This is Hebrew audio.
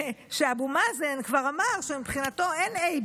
שאבו מאזן כבר אמר שמבחינתו אין A,